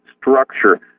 structure